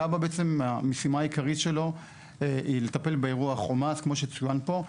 כב"ה בעצם המשימה העיקרית שלו היא לטפל באירוע חומ"ס כמו שצוין פה,